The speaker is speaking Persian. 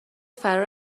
فرار